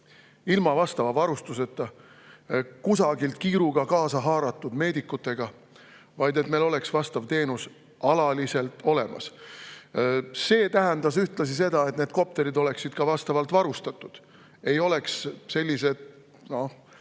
ilma vastava varustuseta ja kusagilt kiiruga kaasa haaratud meedikutega, vaid et meil oleks vastav teenus alaliselt olemas. See tähendab ühtlasi seda, et need kopterid oleksid ka vastavalt varustatud, nad ei oleks sellised nagu